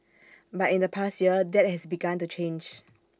but in the past year that has begun to change